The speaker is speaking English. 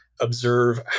observe